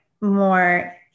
more